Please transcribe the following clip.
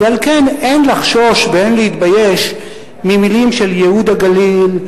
ועל כן אין לחשוש ואין להתבייש ממלים של ייהוד הגליל,